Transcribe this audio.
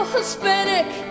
Hispanic